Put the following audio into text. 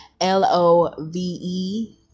L-O-V-E